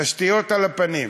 תשתיות על-הפנים